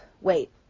wait